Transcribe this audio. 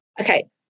okay